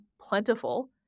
plentiful